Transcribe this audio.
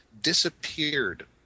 disappeared